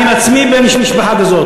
אני עצמי בן למשפחה כזו,